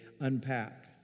unpack